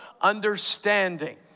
understanding